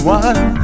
one